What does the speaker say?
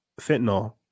fentanyl